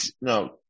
No